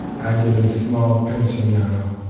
i get a small pension now,